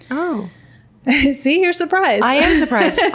um see, you're surprised! i am surprised. yeah